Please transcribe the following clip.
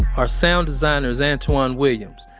our sound designer's antwan williams.